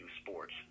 sports